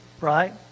right